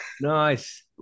Nice